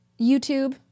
YouTube